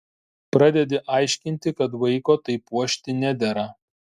pradedi aiškinti kad vaiko taip puošti nedera